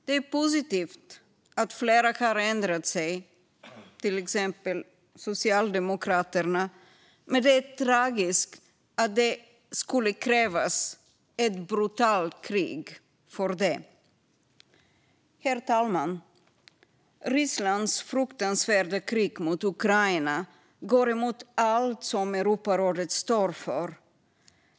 Det är positivt att flera har ändrat sig, till exempel Socialdemokraterna. Men det är tragiskt att det skulle krävas ett brutalt krig för det. Herr talman! Rysslands fruktansvärda krig mot Ukraina går emot allt som Europarådet står för.